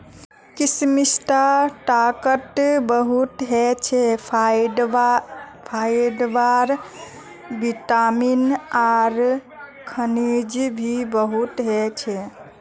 किशमिशत ताकत बहुत ह छे, फाइबर, विटामिन आर खनिज भी बहुत ह छे